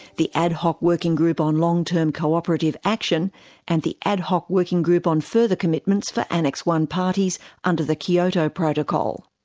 the ad hoc working group on long-term cooperative action and the ad hoc working group on further commitments for annex i parties under the kyoto protocol.